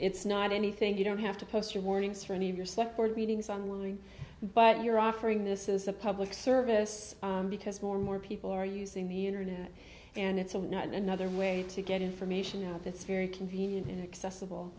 it's not anything you don't have to post your warnings for any of your second readings on winning but you're offering this is a public service because more and more people are using the internet and it's unknown another way to get information out that's very convenient inaccessible